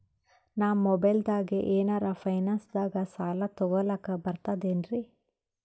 ನಾ ಮೊಬೈಲ್ದಾಗೆ ಏನರ ಫೈನಾನ್ಸದಾಗ ಸಾಲ ತೊಗೊಲಕ ಬರ್ತದೇನ್ರಿ?